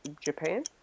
Japan